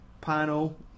panel